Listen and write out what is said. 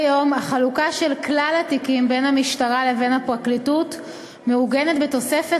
כיום החלוקה של כלל התיקים בין המשטרה לבין הפרקליטות מעוגנת בתוספת